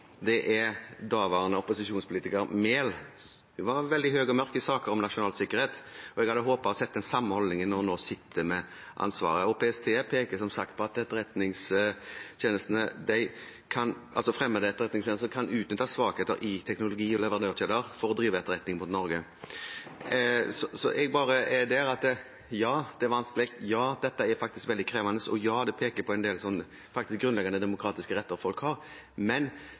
Det er daværende opposisjonspolitiker Mehls. Hun var veldig høy og mørk i saker om nasjonal sikkerhet, og jeg hadde håpet å se den samme holdningen når hun nå sitter med ansvaret. PST peker som sagt på at fremmede etterretningstjenester kan utnytte svakheter i teknologi og leverandørkjeder for å drive etterretning mot Norge. Ja, det er vanskelig, det er veldig krevende, og det peker på en del grunnleggende demokratiske retter folk har, men